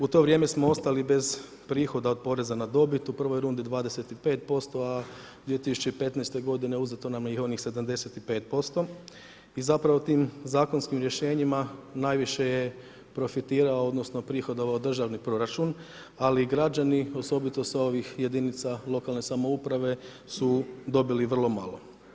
U to vrijeme smo ostali bez prihoda od poreza na dobit, u prvoj rundi 25% a 2015. g. uzeto nam je i onih 75% i zapravo tim zakonskim rješenjima najviše je profitirala odnosno prihodovao je državni proračun ali građani osobito sa ovih jedinica lokalne samouprave su dobili vrlo malo.